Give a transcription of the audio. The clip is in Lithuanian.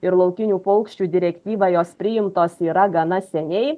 ir laukinių paukščių direktyva jos priimtos yra gana seniai